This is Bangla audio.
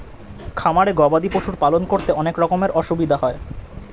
খামারে গবাদি পশুর পালন করতে অনেক রকমের অসুবিধা হয়